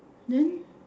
then